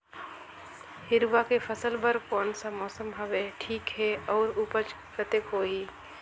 हिरवा के फसल बर कोन सा मौसम हवे ठीक हे अउर ऊपज कतेक होही?